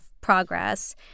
progress